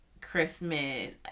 Christmas